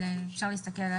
אפשר להסתכל-